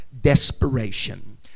desperation